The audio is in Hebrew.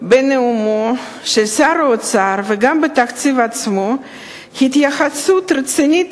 בנאומו של שר האוצר וגם בתקציב עצמו התייחסות רצינית,